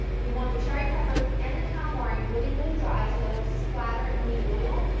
you want the cherry peppers and the calamari really, really dry so that it won't splatter in the oil.